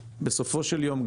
בסופו של יום,